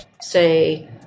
say